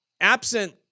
absent